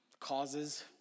causes